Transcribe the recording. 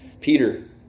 Peter